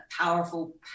powerful